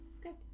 Good